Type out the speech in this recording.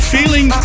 Feeling